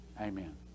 amen